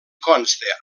consta